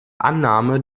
annahme